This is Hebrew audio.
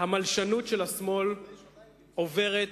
המלשנות של השמאל עוברת